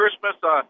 Christmas